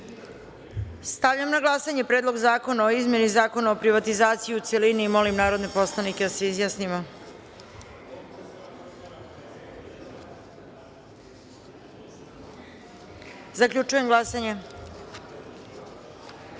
celini. Stavljam na glasanje Predlog zakona o izmeni Zakona o privatizaciji, u celini. Molim narodne poslanike da se izjasnimo. Zaključujem glasanje: